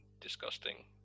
disgusting